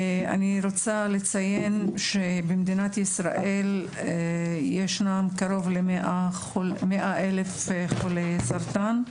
אני רוצה לציין שבמדינת ישראל ישנם קרוב ל-100,000 חולי סרטן.